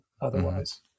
otherwise